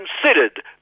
considered